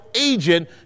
agent